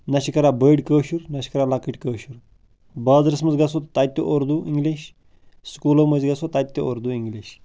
نَہ چھِ کَران بٔڑۍ کٲشُر نَہ چھِ کَران لۄکٕٹۍ کٲشُر بازرس منٛز گژھَو تَتہِ تہِ اُردو اِنگلش سکوٗلو مٔنٛز گَژھو تَتہِ تہِ اُردو اِنگلِش